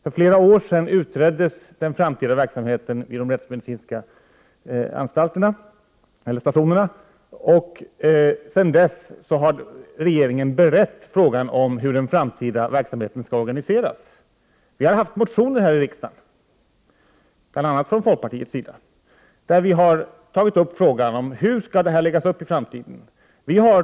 För flera år sedan utreddes den framtida verksamheten vid de rättsmedicinska stationerna. Sedan dess har regeringen berett frågan om hur den framtida verksamheten skall organiseras. Motioner har väckts i riksdagen, bl.a. från folkpartiets sida. Vi har där tagit upp frågan om hur detta skall läggas upp i framtiden.